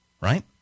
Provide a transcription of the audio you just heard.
Right